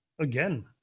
again